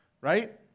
right